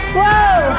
Whoa